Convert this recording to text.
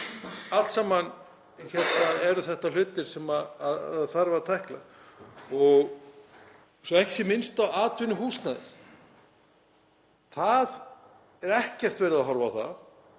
Allt saman eru þetta hlutir sem þarf að tækla, svo ekki sé minnst á atvinnuhúsnæðið. Það er ekkert verið að horfa á það.